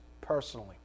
personally